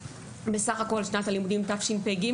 בסך הכל שנת הלימודים תשפ"ג,